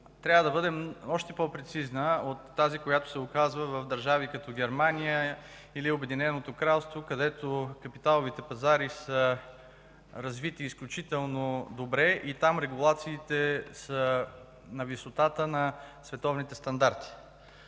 трябва да бъде още по-прецизна от тази, която се оказва в държави като Германия или Обединеното кралство, където капиталовите пазари са развити изключително добре и там регулациите са на висотата на световните стандарти.